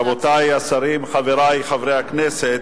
אדוני היושב-ראש, רבותי השרים, חברי חברי הכנסת,